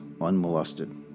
unmolested